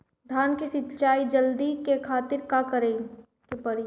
धान के सिंचाई जल्दी करे खातिर का करी?